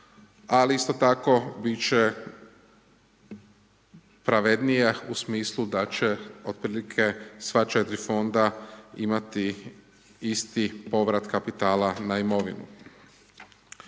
ali isto tako bit će pravednije u smislu da će otprilike sva 4 fonda imati isti povrat kapitala na imovinu.